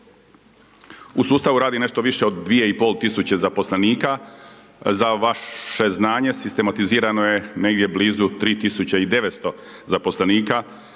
U sustavu radi nešto više od 2500 zaposlenika, za vaše znanje sistematizirano je negdje blizu 3900 zaposlenika,